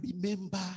remember